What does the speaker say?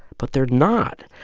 but they're not.